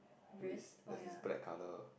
wrist does it black colour